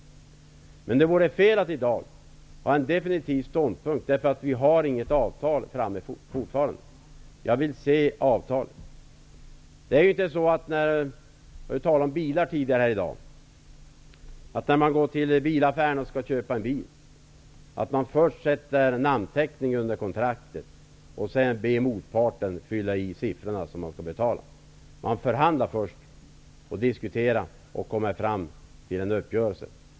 Men det vore fel att i dag ha en definitiv ståndpunkt, eftersom vi fortfarande inte har något avtal klart. Jag vill först se avtalet. Tidigare i dag talades det om bilar. När man går till bilaffären för att köpa en bil, sätter man ju inte sin namnteckning under kontraktet först och därefter ber motparten att fylla i de siffror som visar hur mycket man skall betala, utan man förhandlar först för att komma fram till en uppgörelse.